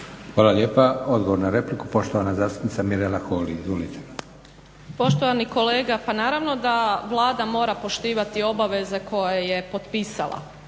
Hvala lijepa. Odgovor na repliku, poštovana zastupnica Mirela Holy. Izvolite. **Holy, Mirela (SDP)** Poštovani kolega pa naravno da Vlada mora poštivati obaveze koje je potpisala,